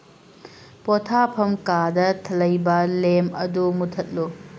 ꯄꯣꯊꯥꯐꯝ ꯀꯥꯗ ꯂꯩꯕ ꯂꯦꯝ ꯑꯗꯨ ꯃꯨꯊꯠꯂꯨ